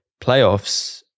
playoffs